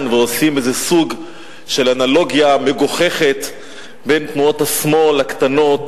ועושים איזה סוג של אנלוגיה מגוחכת בין תנועות השמאל הקטנות,